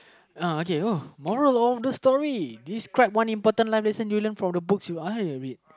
uh okay uh moral of the story describe one important life that send you from the books that I have read